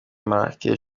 makuru